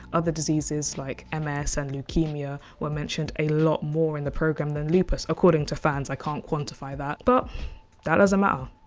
other diseases like um ms and leukaemia, were mentioned a lot more in the programme than lupus. according to fans, i can't quantify that but that doesn't matter.